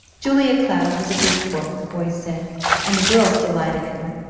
julia cloud was a good sport, the boys said and the girls delighted in her.